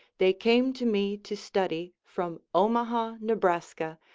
they came to me to study from omaha, nebraska,